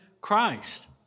Christ